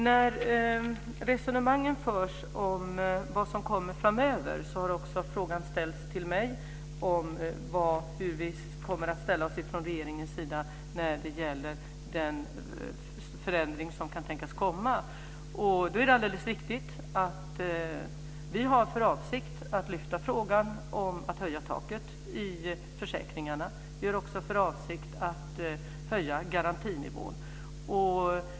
När det har förts resonemang om vad som kommer framöver har frågan ställts till mig om hur vi från regeringen kommer att ställa oss när det gäller kommande förändringar. Det är alldeles riktigt att vi har för avsikt att lyfta frågan om att höja taket i försäkringarna. Vi har också för avsikt att höja garantinivån.